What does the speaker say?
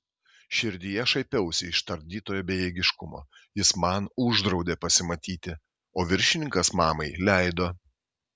širdyje šaipiausi iš tardytojo bejėgiškumo jis man uždraudė pasimatyti o viršininkas mamai leido